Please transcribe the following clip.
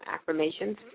affirmations